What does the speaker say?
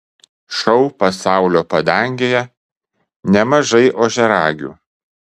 šou pasaulio padangėje nemažai ožiaragių